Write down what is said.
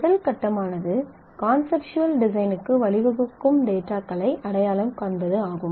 முதல் கட்டமானது கான்செப்ட்வல் டிசைன்க்கு வழிவகுக்கும் டேட்டாக்களை அடையாளம் காண்பது ஆகும்